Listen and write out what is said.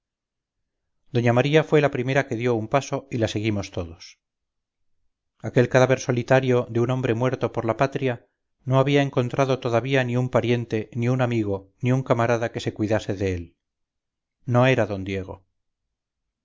doña maría fue la primera que dio un paso y la seguimos todos aquel cadáver solitario de un hombre muerto por la patria no había encontrado todavía ni un pariente ni un amigo niun camarada que se cuidase de él no era d diego